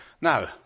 Now